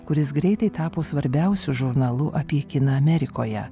kuris greitai tapo svarbiausiu žurnalu apie kiną amerikoje